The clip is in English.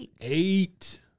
eight